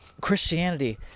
Christianity